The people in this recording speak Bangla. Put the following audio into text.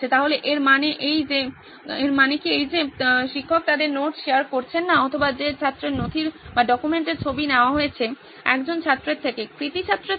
তাহলে এর মানে কি এই যে শিক্ষক তাদের নোট শেয়ার করছেন না অথবা যে ছাত্রের নথির ছবিটি নেওয়া হয়েছে একজন ছাত্রের থেকে কৃতী ছাত্রের থেকে